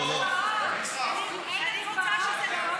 חודש.